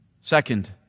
Second